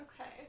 Okay